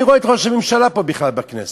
מי רואה את ראש הממשלה פה בכלל, בכנסת?